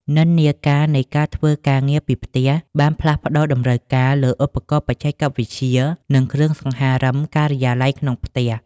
និន្នាការនៃការធ្វើការងារពីផ្ទះ បានផ្លាស់ប្តូរតម្រូវការលើឧបករណ៍បច្ចេកវិទ្យា និងគ្រឿងសង្ហារឹមការិយាល័យក្នុងផ្ទះ។